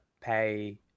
pay